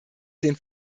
den